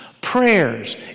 prayers